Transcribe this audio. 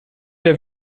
der